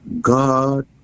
God